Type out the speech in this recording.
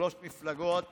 שלוש מפלגות